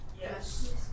Yes